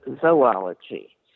zoology